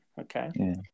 Okay